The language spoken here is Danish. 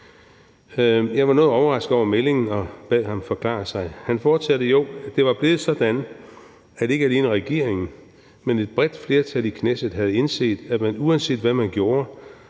Jeg var noget overrasket over meldingen og bad ham forklare sig. Han fortsatte og sagde, at det var blevet sådan, at ikke alene regeringen, men et bredt flertal i Knesset havde indset, at man, uanset hvad man gjorde,